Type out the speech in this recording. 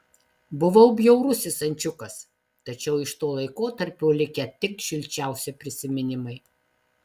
buvau bjaurusis ančiukas tačiau iš to laikotarpio likę tik šilčiausi prisiminimai